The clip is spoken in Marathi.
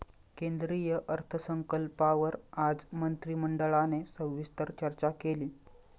केंद्रीय अर्थसंकल्पावर आज मंत्रिमंडळाने सविस्तर चर्चा केली